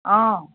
অঁ